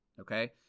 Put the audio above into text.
Okay